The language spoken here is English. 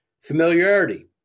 Familiarity